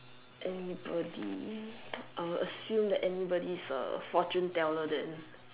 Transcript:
anybody I will assume that anybody is a fortune teller then